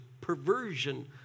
perversion